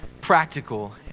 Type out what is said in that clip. practical